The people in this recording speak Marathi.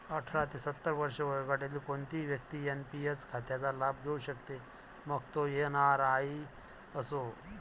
अठरा ते सत्तर वर्षे वयोगटातील कोणतीही व्यक्ती एन.पी.एस खात्याचा लाभ घेऊ शकते, मग तो एन.आर.आई असो